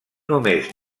només